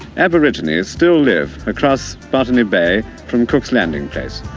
aborigines still live across botany bay from cook's landing place,